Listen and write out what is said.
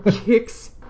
kicks